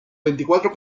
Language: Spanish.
veinticuatro